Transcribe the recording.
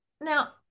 now